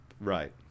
Right